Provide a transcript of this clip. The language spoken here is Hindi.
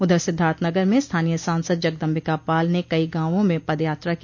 उधर सिद्धार्थनगर में स्थानीय सांसद जगदम्बिका पाल ने कई गांवों में पद यात्रा की